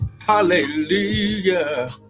Hallelujah